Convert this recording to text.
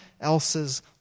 else's